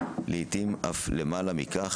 לעתים אף למעלה מכך,